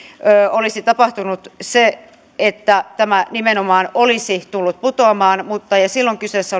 olisi tapahtunut se että tämä nimenomaan olisi tullut putoamaan ja silloin kyseessä